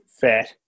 Fat